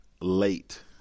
late